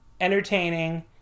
entertaining